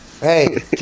Hey